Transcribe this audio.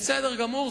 בסדר גמור.